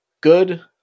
good